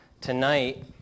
tonight